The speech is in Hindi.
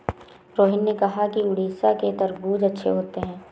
रोहित ने कहा कि उड़ीसा के तरबूज़ अच्छे होते हैं